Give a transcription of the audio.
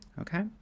Okay